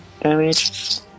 damage